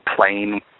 plane